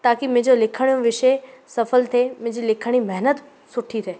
ताकी मुंहिंजो लिखण जो विषय सफल थिए मुंहिंजी लिखण जी महिनत सुठी थिए